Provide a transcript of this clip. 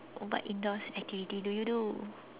what indoor activities do you do